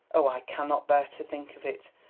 oh! i cannot bear to think of it.